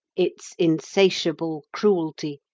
its insatiable cruelty,